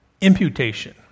imputation